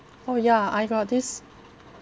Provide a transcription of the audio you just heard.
oh ya I got this